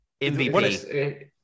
MVP